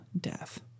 death